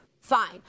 fine